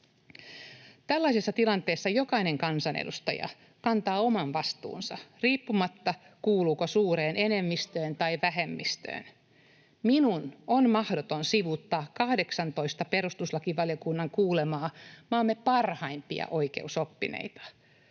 Tällaisessa tilanteessa jokainen kansanedustaja kantaa oman vastuunsa riippumatta, kuuluuko suureen enemmistöön tai vähemmistöön. Minun on mahdoton sivuuttaa 18:aa perustuslakivaliokunnan kuulemaa maamme parhainta oikeusoppinutta.